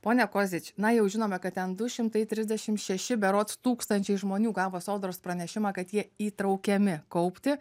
pone kozič na jau žinome kad ten du šimtai trisdešimt šeši berods tūkstančiai žmonių gavo sodros pranešimą kad jie įtraukiami kaupti